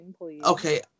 Okay